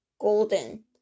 golden